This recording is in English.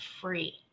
free